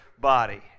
body